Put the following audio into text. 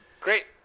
Great